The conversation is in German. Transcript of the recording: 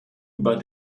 über